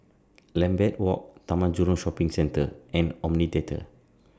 Lambeth Walk Taman Jurong Shopping Centre and Omni Theatre